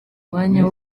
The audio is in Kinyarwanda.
umwanya